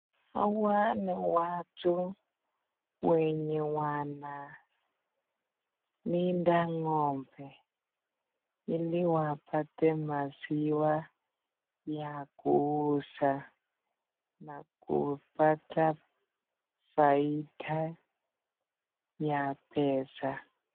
Hawa ni watu wenye wanaoinda ngombe ili wapate maziwa ya kuuza na kupata faida ya pesa.